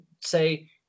say